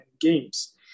games